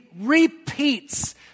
repeats